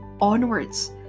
onwards